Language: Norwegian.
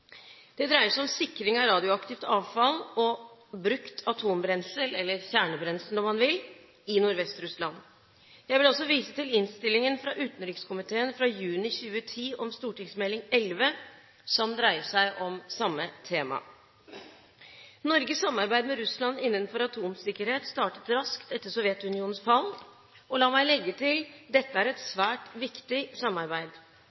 Det dreier seg om sikring av radioaktivt avfall og brukt atombrensel, eller kjernebrensel om man vil, i Nordvest-Russland. Jeg vil også vise til innstillingen fra utenrikskomiteen fra juni 2010 om Meld. St. 11 for 2009–2010, som dreier seg om samme tema. Norges samarbeid med Russland innenfor atomsikkerhet startet raskt etter Sovjetunionens fall. La meg legge til: Dette er et